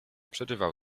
przerywał